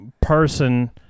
person